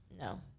No